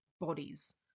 bodies